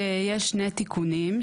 יש שני תיקונים,